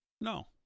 No